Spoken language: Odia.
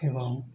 ଏବଂ